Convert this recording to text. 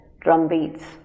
drumbeats